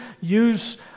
use